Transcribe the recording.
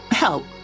help